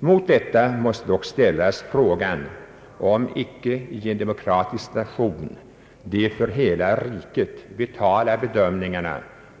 Man måste dock ställa frågan om inte i en demokratisk nation som vår de för hela riket vitala bedömningarna